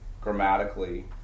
grammatically